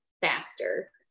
faster